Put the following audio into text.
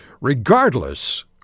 regardless